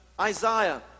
Isaiah